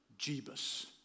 Jebus